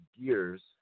gears